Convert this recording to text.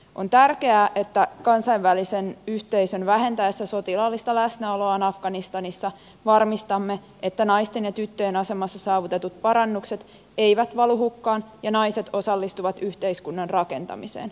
on tärkeää että kansainvälisen yhteisön vähentäessä sotilaallista läsnäoloaan afganistanissa varmistamme että naisten ja tyttöjen asemassa saavutetut parannukset eivät valu hukkaan ja naiset osallistuvat yhteiskunnan rakentamiseen